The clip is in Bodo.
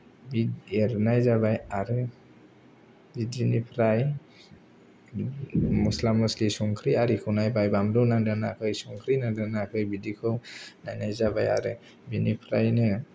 बि एरनाय जाबाय आरो बिदिनिफ्राय मसला मसलि संख्रि आरिखौ नायबाय बानलौ नांदोना नाङाखै संख्रि नांदोंना नाङाखै बिदिखौ नायनाय जाबाय आरो बिनिफ्रायनो